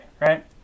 right